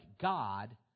God